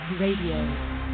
Radio